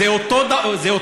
זה אותו דבר,